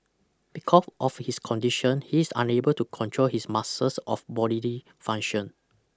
because of his condition he is unable to control his muscles of bodily function